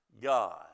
God